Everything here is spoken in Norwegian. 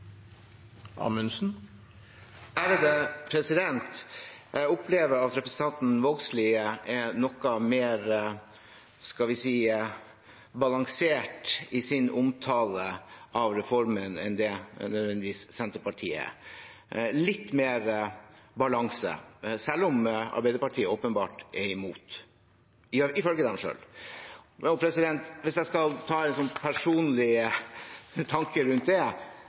noe mer – skal vi si – balansert i sin omtale av reformen enn det nødvendigvis Senterpartiet er. Det er litt mer balanse, selv om Arbeiderpartiet åpenbart er imot, i hvert fall ifølge dem selv. Hvis jeg skal ta en personlig tanke rundt det,